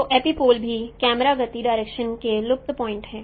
तो एपिपोल भी कैमरा गति डायरेक्शन के लुप्त पॉइंट हैं